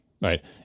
right